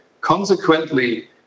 consequently